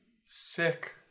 sick